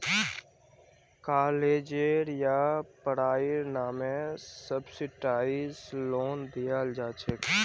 कालेजेर या पढ़ाईर नामे सब्सिडाइज्ड लोन दियाल जा छेक